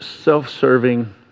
self-serving